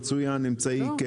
אבל משמעותי או לא משמעותי,